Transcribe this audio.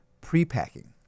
pre-packing